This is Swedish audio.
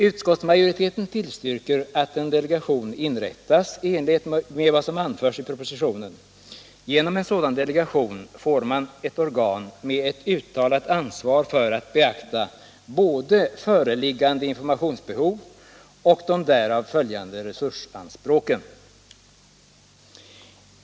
Utskottsmajoriteten tillstyrker att en delegation inrättas i enlighet med vad som anförs i propositionen. Genom en sådan delegation får man ett organ med ett uttalat ansvar för att beakta både föreliggande informationsbehov och de därav följande resursanspråken.